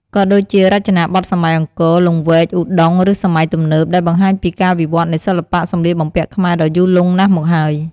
ក៏ដូចជា រចនាបថសម័យអង្គរ លង្វែក ឧដុង្គ ឬសម័យទំនើប ដែលបង្ហាញពីការវិវត្តន៍នៃសិល្បៈសម្លៀកបំពាក់ខ្មែរដ៏យូរលង់ណាស់មកហើយ។